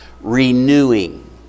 renewing